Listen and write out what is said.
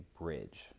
bridge